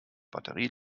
batterie